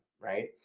right